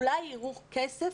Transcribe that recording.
אולי יראו כסף,